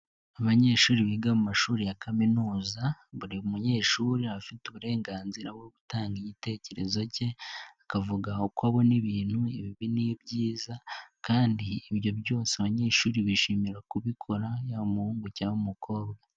Abanyeshuri biga mu mashuri ya kaminuza buri munyeshuri afite uburenganzira bwo gutanga igitekerezo cye akavugakwabo nibbi n'ib kandi ibyo byose abanyeshuri bishimira kubikora ya muhungu cyangwa umukobwa.